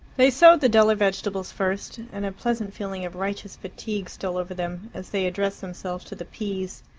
they sowed the duller vegetables first, and a pleasant feeling of righteous fatigue stole over them as they addressed themselves to the peas.